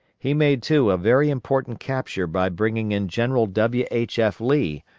he made, too, a very important capture by bringing in general w. h. f. lee,